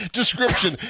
description